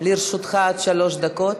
לרשותך עד שלוש דקות.